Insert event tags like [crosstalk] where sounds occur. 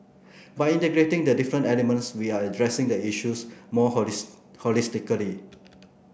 by integrating the different elements we are addressing the issues more [unintelligible] holistically